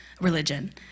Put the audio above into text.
religion